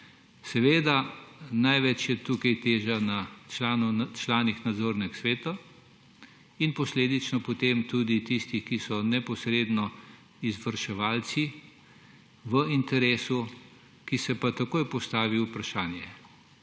je tukaj največja teža na članih nadzornih svetov in posledično potem tudi na tistih, ki so neposredno izvrševalci v interesu, kjer se pa takoj postavi vprašanje,